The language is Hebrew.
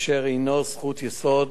אשר הינו זכות יסוד